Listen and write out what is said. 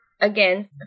again